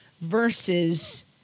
versus